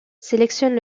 sélectionne